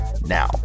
Now